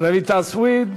רויטל סויד.